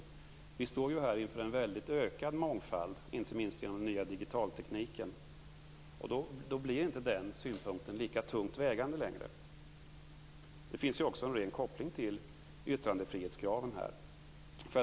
Men nu står vi inför en ökad mångfald, inte minst genom den nya digitaltekniken. Då blir inte den synpunkten lika tungt vägande längre. Det finns också en ren koppling till yttrandefrihetskraven.